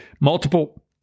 multiple